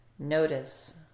Notice